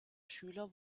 schüler